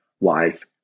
life